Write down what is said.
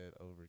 over